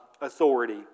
authority